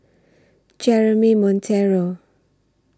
Jeremy Monteiro